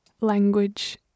Language